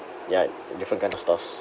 ya different kind of stuffs